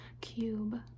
cube